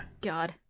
God